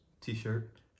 t-shirt